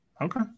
Okay